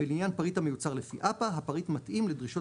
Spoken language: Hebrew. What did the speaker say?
ולעניין פריט המיוצר לפי אפ"א - הפריט מתאים לדרישות